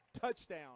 touchdown